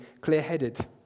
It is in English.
clear-headed